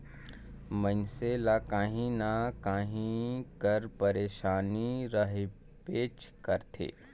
मइनसे ल काहीं न काहीं कर पइरसानी रहबेच करथे